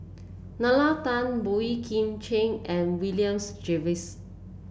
Nalla Tan Boey Kim Cheng and Williams Jervois